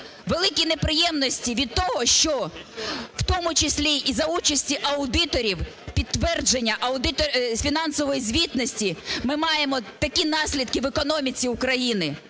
великі неприємності від того, що в тому числі і за участі аудиторів підтвердження фінансової звітності ми маємо такі наслідки в економіці України.